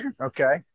Okay